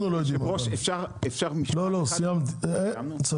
אני רוצה לסכם.